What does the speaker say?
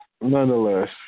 nonetheless